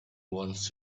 wants